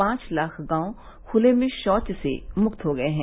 पांच लाख गांव खुले में शौच से मुक्त हो गए हैं